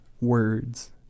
words